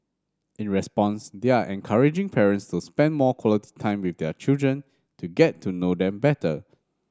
in response they are encouraging parents to spend more quality time with their children to get to know them better